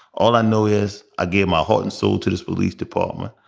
all i know is i gave my heart and soul to this police department.